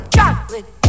Chocolate